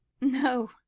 No